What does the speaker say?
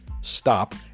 stop